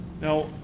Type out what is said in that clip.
Now